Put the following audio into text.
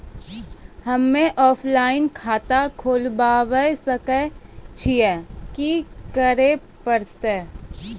हम्मे ऑफलाइन खाता खोलबावे सकय छियै, की करे परतै?